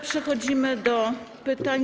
Przechodzimy do pytań.